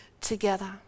together